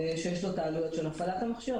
שיש לו את העלות של הפעלת המכשיר,